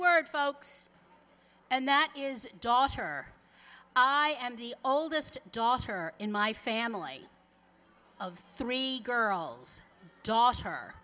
word folks and that is daughter i am the oldest daughter in my family of three girls toss her